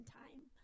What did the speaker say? time